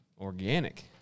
organic